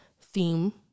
theme